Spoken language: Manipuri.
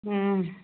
ꯎꯝ